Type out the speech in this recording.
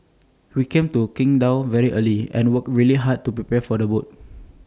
we came to Qingdao very early and worked really hard to prepare the boat